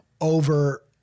over